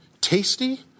tasty